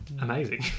amazing